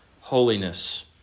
holiness